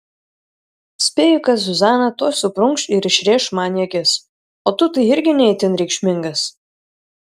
spėju kad zuzana tuoj suprunkš ir išrėš man į akis o tu tai irgi ne itin reikšmingas